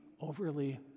overly